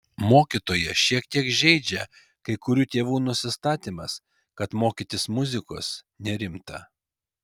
mokytoją šiek tiek žeidžia kai kurių tėvų nusistatymas kad mokytis muzikos nerimta